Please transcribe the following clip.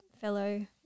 fellow